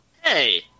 Hey